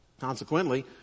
Consequently